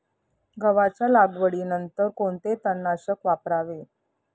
गव्हाच्या लागवडीनंतर कोणते तणनाशक वापरावे?